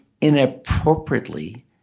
inappropriately